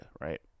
right